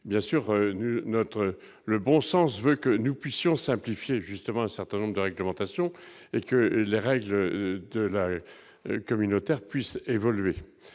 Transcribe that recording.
notre le bon sens veut que nous puissions simplifier justement un certain nombre de réglementations et que les règles de la communautaire puisse évoluer,